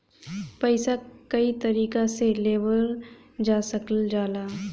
पइसा कई तरीका से लेवल जा सकल जाला